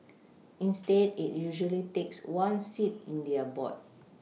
instead it usually takes one seat in their board